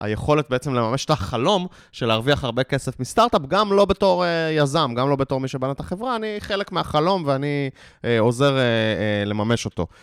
היכולת בעצם לממש את החלום של להרוויח הרבה כסף מסטארט-אפ, גם לא בתור יזם, גם לא בתור מי שבנה את החברה, אני חלק מהחלום ואני עוזר לממש אותו.